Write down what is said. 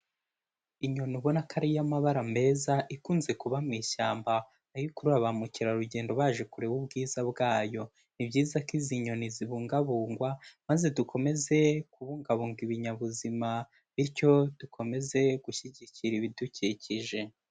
Inyoni ubona ko ari iy'amabara meza ikunze kuba mu ishyamba, niyo ikurura ba mukerarugendo baje kureba ubwiza bwayo, ni byiza ko izi nyoni zibungabungwa, maze dukomeze kubungabunga ibinyabuzima, bityo dukomeze gushyigikira ibidukikije.